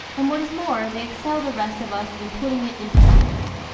and what is more, they excel the rest of us in putting it into practice.